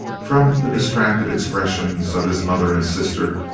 from the distracted expressions of his mother and sister,